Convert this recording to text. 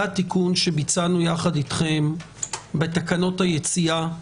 התיקון שביצענו יחד איתכם בתקנות היציאה,